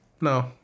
No